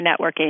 networking